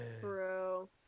Bro